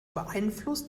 beeinflusst